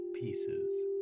pieces